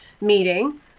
meeting